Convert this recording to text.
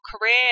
career